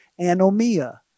anomia